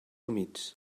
humits